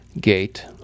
Gate